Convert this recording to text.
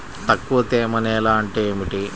తక్కువ తేమ నేల అంటే ఏమిటి?